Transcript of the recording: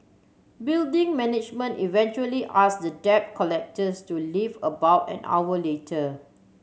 building management eventually asked the debt collectors to leave about an hour later